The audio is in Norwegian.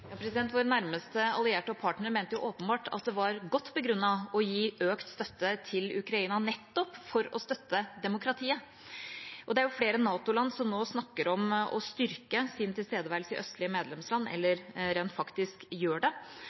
Våre nærmeste allierte og partnere mente jo åpenbart at det var godt begrunnet å gi økt støtte til Ukraina, nettopp for å støtte demokratiet. Det er flere NATO-land som nå snakker om å styrke sin tilstedeværelse i østlige medlemsland, eller som rent faktisk gjør det,